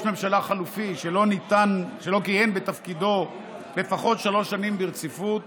ממשלה חלופי שלא כיהן בתפקידו לפחות שלוש שנים ברציפות